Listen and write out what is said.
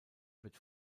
wird